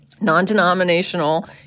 Non-denominational